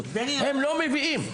הם לא מביאים,